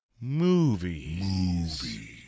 Movies